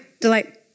Delight